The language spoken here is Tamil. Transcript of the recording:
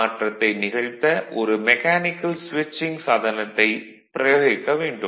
மாற்றத்தை நிகழ்த்த ஒரு மெக்கானிக்கல் ஸ்விட்சிங் சாதனத்தை பிரயோகிக்க வேண்டும்